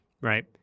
right